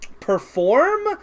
perform